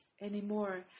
anymore